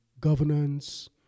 governance